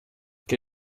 che